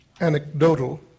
anecdotal